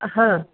हां